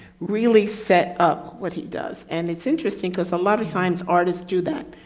really set up what he does. and it's interesting because a lot of science artists do that.